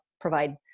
provide